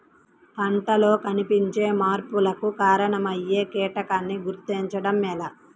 పంటలలో కనిపించే మార్పులకు కారణమయ్యే కీటకాన్ని గుర్తుంచటం ఎలా?